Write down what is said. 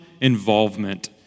involvement